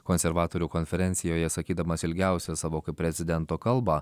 konservatorių konferencijoje sakydamas ilgiausią savo kaip prezidento kalbą